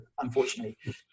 unfortunately